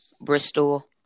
Bristol